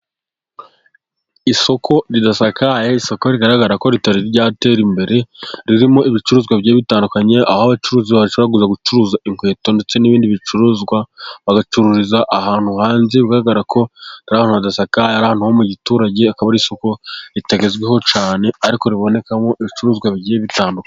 Isoko ridasakaye, isoko rigaragara ko ritari ryatera imbere. ririmo ibicuruzwa bitandukanye aho abacuruzi bacuruzi bashobora kuza gucuruza inkweto ndetse n'ibindi bicuruzwa bagacururiza ahantu hanze, hagaragara ko arahantu hadasakaye ahantu ho mu giturage, akaba ari isoko ritagezweho cyane, ariko ribonekamo ibicuruzwa bigiye bitandukanye.